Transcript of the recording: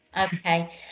Okay